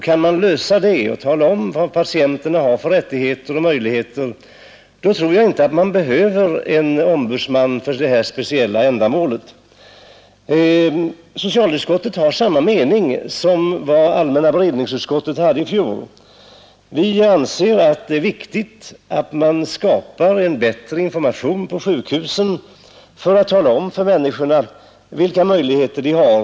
Kan man lösa det och tala om vad patienterna har för rättigheter och möjligheter, då tror jag inte man behöver en ombudsman för detta speciella ändamål. Socialutskottet har samma mening som allmänna beredningsutskottet hade i fjol. Vi anser att det är viktigt att man skapar en bättre information på sjukhusen för att tala om för människorna vilka möjligheter de har.